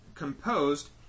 composed